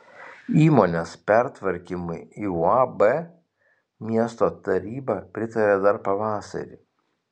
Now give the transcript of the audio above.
įmonės pertvarkymui į uab miesto taryba pritarė dar pavasarį